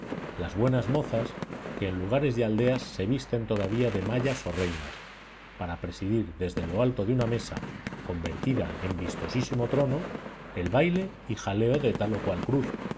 las buenas mozas que en lugares y aldeas se visten todavía de mayas oreinas para presidir desde lo alto de una mesa convertida en vistosísimo trono el baile y jaleo de tal o cual cruz